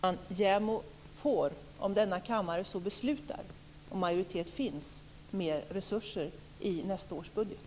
Fru talman! JämO får, om majoritet finns och denna kammare så beslutar, mer resurser i nästa års budget.